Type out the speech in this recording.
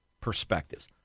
perspectives